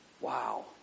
wow